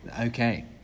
Okay